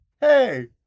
hey